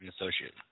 associate